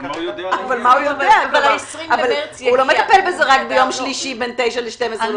אבל הוא לא מטפל בזה רק ביום שלישי בין 09:00 ל-12:00.